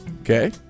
Okay